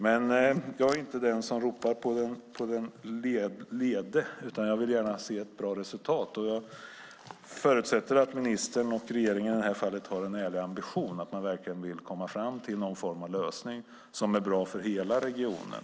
Men jag är inte den som ropar på den lede, utan jag vill gärna se ett bra resultat. Jag förutsätter att ministern och regeringen i det här fallet har en ärlig ambition, att man verkligen vill komma fram till någon form av lösning som är bra för hela regionen.